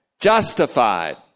justified